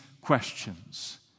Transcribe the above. questions